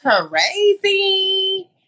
crazy